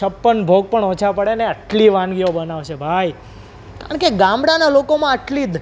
છપ્પન ભોગ પણ ઓછાં પડે ને આટલી વાનગીઓ બનાવશે ભાઈ કારણ કે ગામડાનાં લોકોમાં આટલી